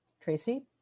Tracy